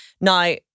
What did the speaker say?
Now